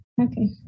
Okay